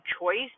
choice